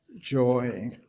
joy